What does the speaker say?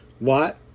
Lot